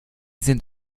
sind